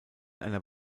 einer